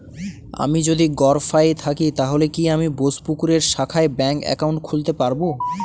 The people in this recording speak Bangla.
আমি যদি গরফায়ে থাকি তাহলে কি আমি বোসপুকুরের শাখায় ব্যঙ্ক একাউন্ট খুলতে পারবো?